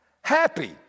Happy